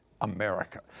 America